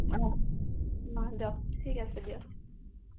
অ' নহয় দক ঠিক আছে দিয়ক